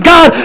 God